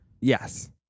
Yes